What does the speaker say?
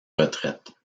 retraite